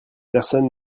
personne